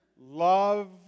Love